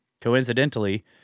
Coincidentally